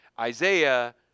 Isaiah